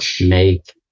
make